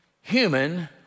human